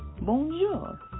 Bonjour